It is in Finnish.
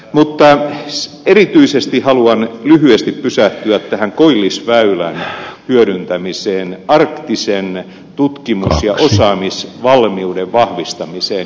mutta erityisesti haluan lyhyesti pysähtyä koillisväylän hyödyntämiseen arktisen tutkimus ja osaamisvalmiuden vahvistamiseen